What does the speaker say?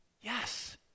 Yes